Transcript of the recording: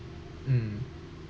mm